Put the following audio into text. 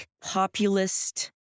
populist